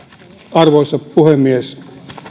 arvoisa puhemies